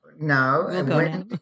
No